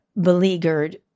beleaguered